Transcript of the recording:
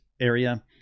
area